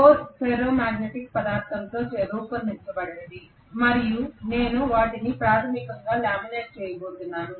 core ferro magnetic పదార్థంతో రూపొందించబడింది మరియు నేను వాటిని ప్రాథమికంగా లామినేట్ చేయబోతున్నాను